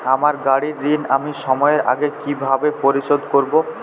আমার গাড়ির ঋণ আমি সময়ের আগে কিভাবে পরিশোধ করবো?